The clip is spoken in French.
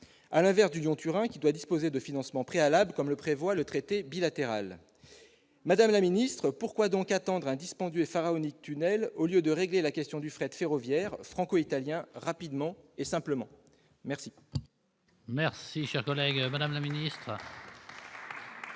à l'inverse du Lyon-Turin, qui doit disposer de financements préalables, comme le prévoit le traité bilatéral. Madame la secrétaire d'État, pourquoi donc attendre un dispendieux et pharaonique tunnel au lieu de régler la question du fret ferroviaire franco-italien rapidement et simplement ? Bonne question ! La parole est à Mme la secrétaire